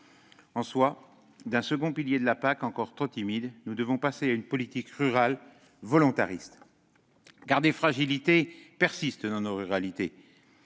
En somme, d'un second pilier de la PAC encore trop timide, nous devons passer à une politique rurale volontariste. En effet, des fragilités persistent dans nos ruralités